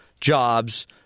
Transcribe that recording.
jobs